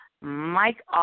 Mike